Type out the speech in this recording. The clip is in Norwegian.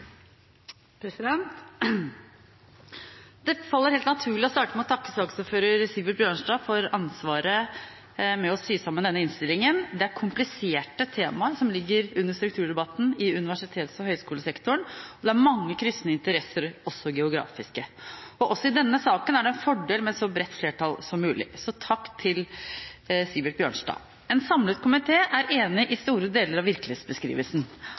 fortsettelsen. Det faller helt naturlig å starte med å takke saksordføreren, Sivert Bjørnstad, for ansvaret med å sy sammen denne innstillingen. Det er kompliserte temaer som ligger under strukturdebatten i universitets- og høyskolesektoren, og det er mange kryssende interesser, også geografiske. Og også i denne saken er det en fordel med et så bredt flertall som mulig – så takk til Sivert Bjørnstad. En samlet komité er enig i store deler av virkelighetsbeskrivelsen,